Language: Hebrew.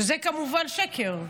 שזה כמובן שקר,